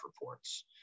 reports